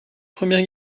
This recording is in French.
première